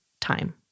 time